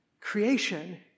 creation